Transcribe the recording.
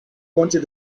wanted